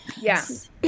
yes